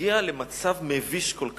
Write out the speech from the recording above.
הגיעה למצב מביש כל כך,